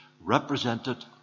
represented